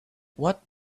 what